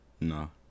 No